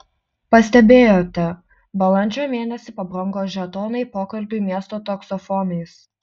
pastebėjote balandžio mėnesį pabrango žetonai pokalbiui miesto taksofonais